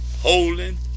holding